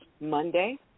Monday